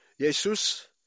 Jesus